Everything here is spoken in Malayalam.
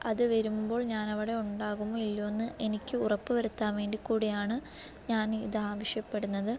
അത് വരുമ്പോൾ ഞാനവിടെ ഉണ്ടാകുമോ ഇല്ലയോ എന്ന് എനിക്ക് ഉറപ്പ് വരുത്താൻ വേണ്ടി കൂടിയാണ് ഞാൻ ഇതാവശ്യപ്പെടുന്നത്